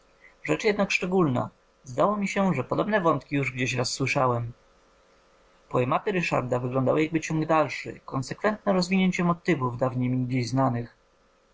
rzecz jednak szczególna zdało mi się że podobne wątki już gdzieś raz słyszałem poematy ryszarda wyglądały jakby ciąg dalszy konsekwentne rozwinięcie motywów dawniej mi gdzieś znanych